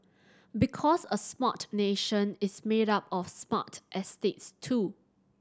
because a smart nation is made up of smart estates too